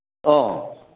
ꯑꯣ